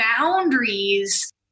boundaries